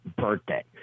birthday